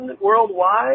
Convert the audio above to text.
worldwide